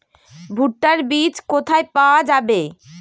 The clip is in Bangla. ভুট্টার বিজ কোথায় পাওয়া যাবে?